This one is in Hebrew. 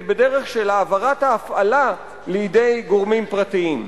בדרך של העברת ההפעלה לידי גורמים פרטיים.